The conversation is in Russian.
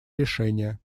решения